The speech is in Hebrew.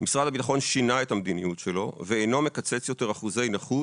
משרד הביטחון שינה את המדיניות שלו ואינו מקצץ יותר אחוזי נכות